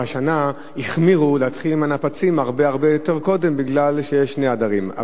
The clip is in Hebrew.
השנה החמירו להתחיל עם הנפצים הרבה הרבה יותר מוקדם מפני שיש שני אדרים.